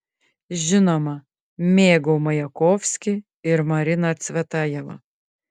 žinoma mėgau majakovskį ir mariną cvetajevą